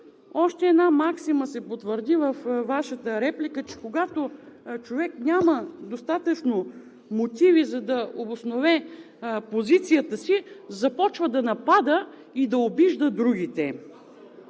още една максима се потвърди във Вашата реплика, че когато човек няма достатъчно мотиви, за да обоснове позицията си, започва да напада и да обижда другите.